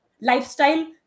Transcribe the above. lifestyle